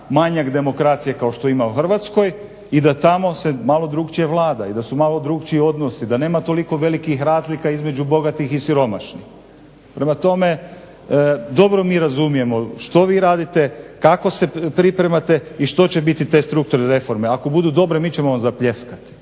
manjak demokracije kao što ima u Hrvatskoj i da tamo se malo drukčije vlada i da su malo drukčiji odnosi, da nema toliko velikih razlika između bogatih i siromašnih. Prema tome, dobro mi razumijemo što vi radite, kako se pripremate i što će biti te strukturne reforme. Ako budu dobre mi ćemo vam zapljeskati